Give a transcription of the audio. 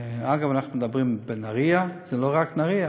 אגב, אנחנו מדברים על נהריה, זה לא רק נהריה,